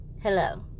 Hello